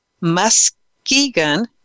Muskegon